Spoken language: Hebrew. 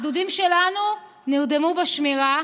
הגדודים שלנו נרדמו בשמירה,